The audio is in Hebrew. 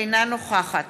אינה נוכחת